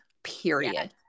period